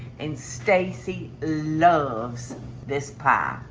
and stacy loves this pie.